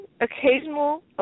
Occasional